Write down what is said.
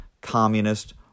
communist